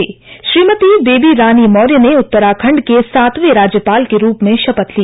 भापथ ग्रहण श्रीमती बेबी रानी मौर्य ने उत्तराखण्ड के सातवें राज्यपाल के रूप में भापथ ली